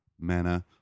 manner